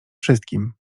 wszystkim